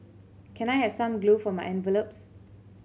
can I have some glue for my envelopes